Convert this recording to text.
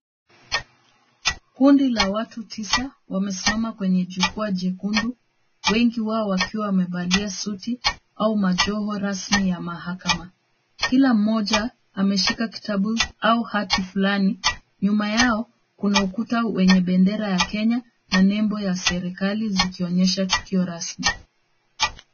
Kundi la watu tisa wamesimama kwenye jukwaa jekundu, wengi wao wakiwa wamevalia suti au majoho rasmi ya mahakama. Kila mmoja ameshika kitabu au hati fulani. Nyuma yao kuna ukuta wenye bendera ya Kenya na nembo ya serikali zikionyesha tukio rasmi.